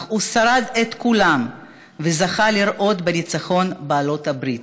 אך הוא שרד בכולם וזכה לראות בניצחון בעלות הברית.